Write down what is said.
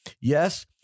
Yes